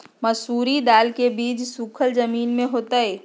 मसूरी दाल के बीज सुखर जमीन पर होतई?